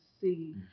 see